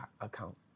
account